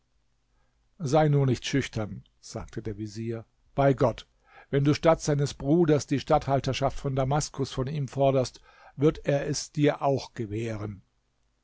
sei nur nicht schüchtern sagte der vezier bei gott wenn du statt seines bruders die statthalterschaft von damaskus von ihm forderst wird er dir es auch gewähren